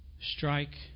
strike